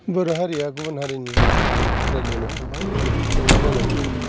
बर' हारिया गुबुन हारिनि मानसिफोरजों रायलायनायाव गोबां जेंना जानांगौ जायो